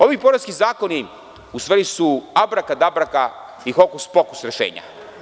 Ovi poreski zakoni u stvari su abraka-dabraka i hokus-pokus rešenja.